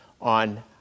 on